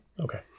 Okay